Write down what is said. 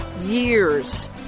years